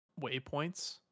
waypoints